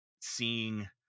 seeing